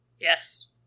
Yes